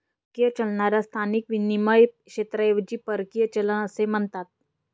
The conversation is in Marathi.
परकीय चलनाला स्थानिक विनिमय क्षेत्राऐवजी परकीय चलन असे म्हणतात